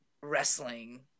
wrestling